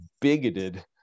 bigoted